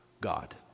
God